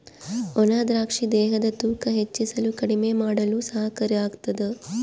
ಒಣ ದ್ರಾಕ್ಷಿ ದೇಹದ ತೂಕ ಹೆಚ್ಚಿಸಲು ಕಡಿಮೆ ಮಾಡಲು ಸಹಕಾರಿ ಆಗ್ತಾದ